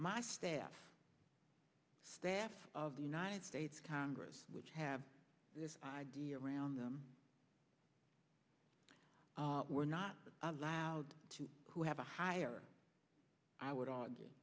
my staff staff of the united states congress which have this idea around them we're not allowed to who have a higher i would a